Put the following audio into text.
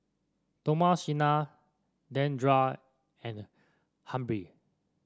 Thomasina Deandra and Humphrey